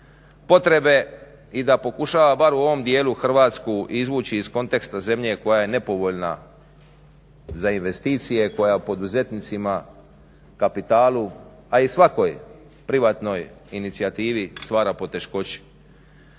potrebe i da pokušava bar u ovom dijelu Hrvatsku izvući iz konteksta zemlje koja je nepovoljna za investicije, koja poduzetnicima, kapitalu, a i svakoj privatnoj inicijativi stvar poteškoće.